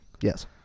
Yes